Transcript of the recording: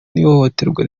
n’ihohoterwa